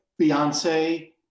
Beyonce